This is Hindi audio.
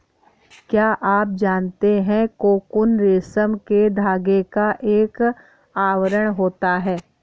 क्या आप जानते है कोकून रेशम के धागे का एक आवरण होता है?